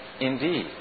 Indeed